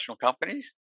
companies